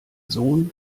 sohn